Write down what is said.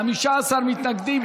15 מתנגדים.